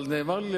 נאמר לי,